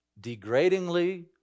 degradingly